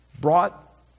brought